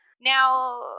Now